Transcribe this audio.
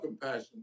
compassion